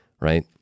right